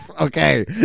Okay